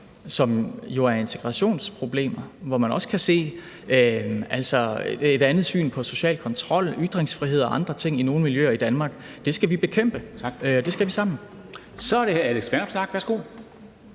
som jo er integrationsproblemer, hvor man også kan have et andet syn på social kontrol, ytringsfrihed og andre ting i nogle miljøer i Danmark, skal vi bekæmpe, og det skal vi sammen. Kl. 10:14 Formanden (Henrik